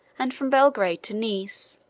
and from belgrade to nice,